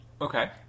Okay